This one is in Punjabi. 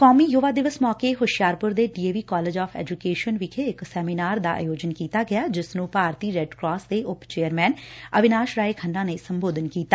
ਕੌਮੀ ਯੁਵਾ ਦਿਵਸ ਮੌਕੇ ਹੁਸ਼ਿਆਰਪੁਰ ਦੇ D A V college of education ਵਿਖੇ ਇਕ ਸੈਮੀਨਾਰ ਦਾ ਆਯੋਜਨ ਕੀਤਾ ਗਿਆ ਜਿਸ ਨੂੰ ਭਾਰਤੀ ਰੈਡ ਕਰਾਸ ਦੇ ਉਪ ਚੇਅਰਮੈਨ ਅਵੀਨਾਸ਼ ਰਾਏ ਖੰਨਾ ਨੇ ਸੰਬੋਧਨ ਕੀਤਾ